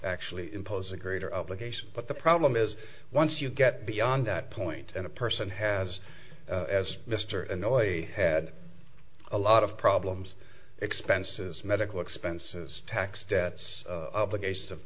actually impose a greater obligation but the problem is once you get beyond that point and a person has as mr annoy had a lot of problems expenses medical expenses tax debts obligations of